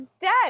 dead